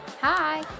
Hi